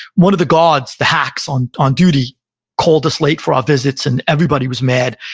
one of the guards, the hacks on on duty called us late for our visits, and everybody was mad.